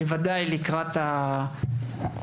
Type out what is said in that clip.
בוודאי לקראת המכרז,